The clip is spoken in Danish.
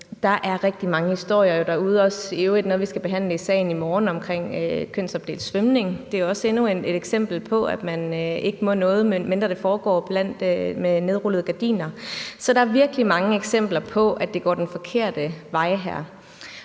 Der er rigtig mange historier derude, i øvrigt også om noget, vi skal behandle i salen i morgen, omkring kønsopdelt svømning. Det er også endnu et eksempel på, at man ikke må noget, medmindre det foregår bag nedrullede gardiner. Så der er virkelig mange eksempler på, at det går den forkerte vej her.